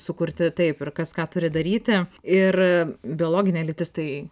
sukurti taip ir kas ką turi daryti ir biologinė lytis tai